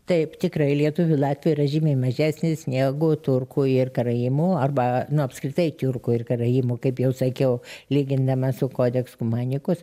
taip tikrai lietuvių latvių yra žymiai mažesnis negu turkų ir karaimų arba nu apskritai tiurkų ir karaimų kaip jau sakiau lygindamas su codex cumanicus